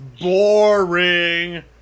BORING